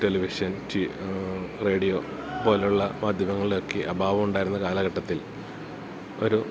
television radio പോലുള്ള മാധ്യമങ്ങളുടെയൊക്കെ അഭാവം ഉണ്ടായിരുന്ന കാലഘട്ടത്തിൽ ഒരു